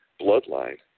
bloodline